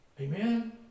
Amen